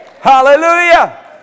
Hallelujah